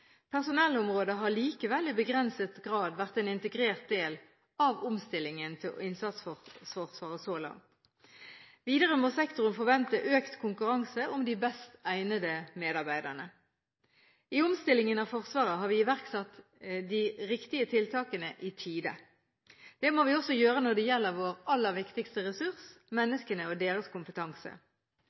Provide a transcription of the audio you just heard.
Personellområdet har likevel i begrenset grad vært en integrert del av omstillingen til innsatsforsvaret så langt. Videre må sektoren forvente økt konkurranse om de best egnede medarbeiderne. I omstillingen av Forsvaret har vi iverksatt de riktige tiltakene i tide. Det må vi også gjøre når det gjelder vår aller viktigste ressurs, menneskene og deres kompetanse.